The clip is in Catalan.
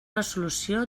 resolució